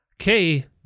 okay